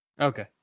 Okay